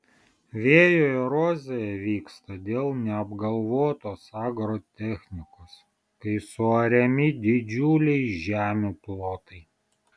vėjo erozija vyksta dėl neapgalvotos agrotechnikos kai suariami didžiuliai žemių plotai